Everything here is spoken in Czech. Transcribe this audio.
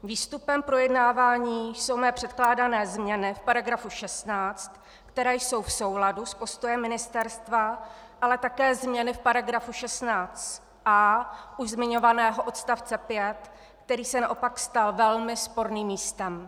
Výstupem projednávání jsou mé předkládané změny v § 16, které jsou v souladu s postojem ministerstva, ale také změny v § 16a už zmiňovaného odst. 5, který se naopak stal velmi sporným místem.